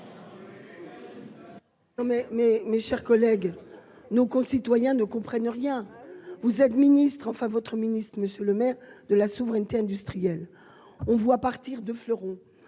mes chers collègues, nos concitoyens ne comprennent rien, vous êtes ministre, enfin votre ministre monsieur le maire de la souveraineté industrielle on voit partir 2 fleurons,